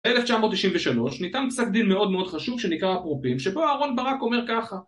1993 ניתן פסק דין מאוד מאוד חשוב שנקרא אפרופים שפה אהרון ברק אומר ככה